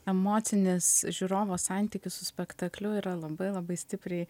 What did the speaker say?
emocinis žiūrovo santykis su spektakliu yra labai labai stipriai